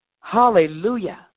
Hallelujah